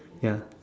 ya